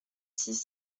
six